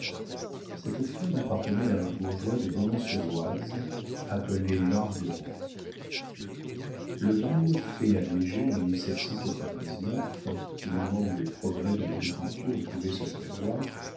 cette ferme appartenait à un bourgeois de beaumont sur oise appelé margueron le bail fait à léger en au moment où les progrès de l'agriculture ne pouvaient se prévoir